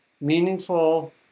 meaningful